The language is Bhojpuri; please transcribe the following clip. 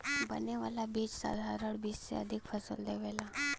बने वाला बीज साधारण बीज से अधिका फसल देवेला